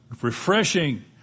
refreshing